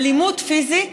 אלימות פיזית